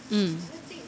mm